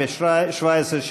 התשע"ז 2017,